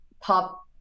pop